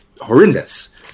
horrendous